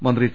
മന്ത്രി ടി